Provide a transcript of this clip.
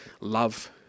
love